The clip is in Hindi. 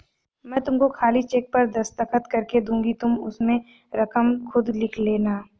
मैं तुमको खाली चेक पर दस्तखत करके दूँगी तुम उसमें रकम खुद लिख लेना